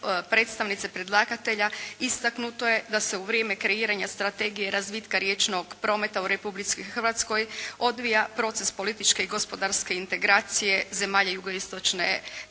predstavnice predlagatelja istaknuto je da se u vrijeme kreiranja strategije razvitka riječnog prometa u Republici Hrvatskoj odvija proces političke i gospodarske integracije zemalja Jugoistočne